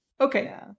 Okay